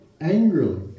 angrily